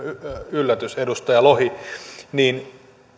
yllätys edustaja lohen että